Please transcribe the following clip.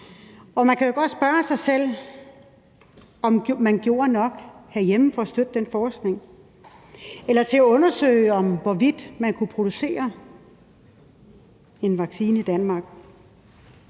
Man kan jo godt spørge sig selv, om der blev gjort nok herhjemme for at støtte den forskning eller for at undersøge, hvorvidt der kunne produceres en vaccine i Danmark.